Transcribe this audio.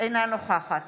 אינה נוכחת